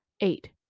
eight